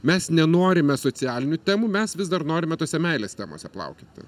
mes nenorime socialinių temų mes vis dar norime tose meilės temose plaukioti